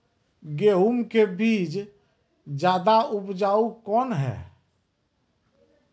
गेहूँ के बीज ज्यादा उपजाऊ कौन है?